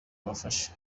abafashe